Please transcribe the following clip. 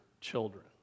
children